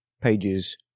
pages